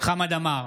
חמד עמאר,